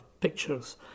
pictures